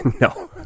no